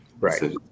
Right